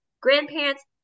grandparents